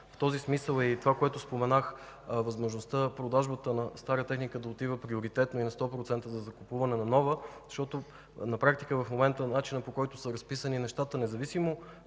В този смисъл е това, което споменах – възможността продажбата на стара техника да отива приоритетно и на 100% за закупуване на нова. На практика в момента начинът, по който са разписани нещата, независимо